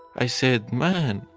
i said, man,